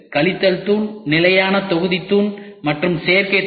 கழித்தல் தூண் நிலையான தொகுதி தூண் மற்றும் சேர்க்கை தூண்